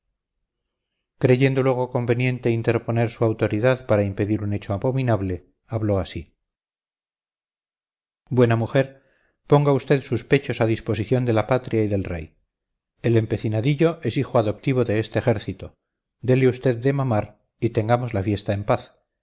creyendo luego conveniente interponer su autoridad para impedir un hecho abominable habló así buena mujer ponga usted sus pechos a disposición de la patria y del rey el empecinadillo es hijo adoptivo de este ejército dele usted de mamar y tengamos la fiesta en paz